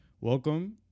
welcome